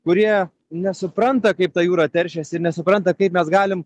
kurie nesupranta kaip ta jūra teršiasi ir nesupranta kaip mes galim